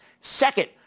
Second